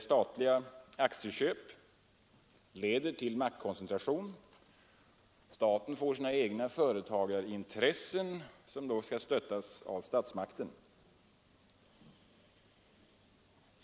Statliga aktieköp leder till maktkoncentration, Staten får sina egna företagarintressen, som då skall stöttas av statsmakten.